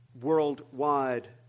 worldwide